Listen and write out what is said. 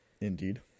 Indeed